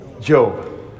Job